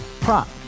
prop